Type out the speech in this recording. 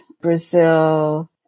Brazil